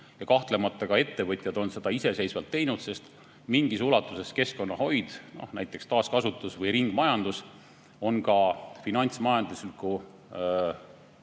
kahtlemata on ettevõtjad seda ka iseseisvalt teinud, sest mingis ulatuses on keskkonnahoid, näiteks taaskasutus- ja ringmajandus ka finantsmajandusliku